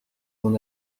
son